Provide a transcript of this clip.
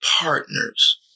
partners